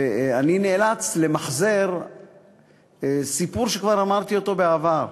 ואני נאלץ למחזר סיפור שכבר אמרתי בעבר.